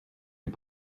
des